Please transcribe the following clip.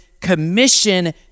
commission